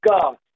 God